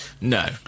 no